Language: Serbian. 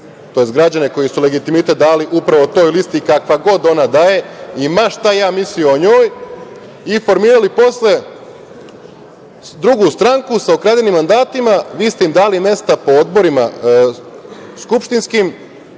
tj. građane koji su legitimitet dali upravo toj listi kakva god ona da je, i ma šta ja mislio o njoj, i formirali posle drugu stranku sa ukradenim mandatima, vi ste im dali mesta po odborima skupštinskim,